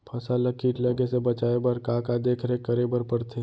फसल ला किट लगे से बचाए बर, का का देखरेख करे बर परथे?